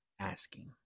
asking